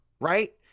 right